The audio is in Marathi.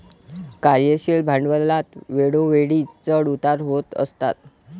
कार्यशील भांडवलात वेळोवेळी चढ उतार होत असतात